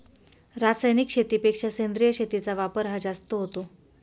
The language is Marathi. रासायनिक शेतीपेक्षा सेंद्रिय शेतीचा वापर हा जास्त होतो